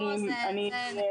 שהוא מחלים מסרטן.